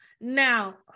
now